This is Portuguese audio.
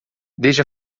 desde